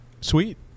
Sweet